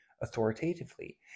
authoritatively